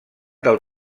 del